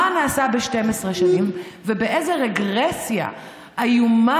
מה נעשה ב-12 השנים ובאיזו רגרסיה איומה